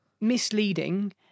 misleading